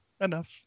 enough